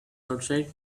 outside